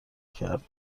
کرد